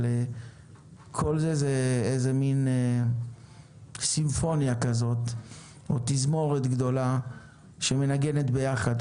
כל זה זאת סימפוניה או תזמורת גדולה שמנגנת ביחד,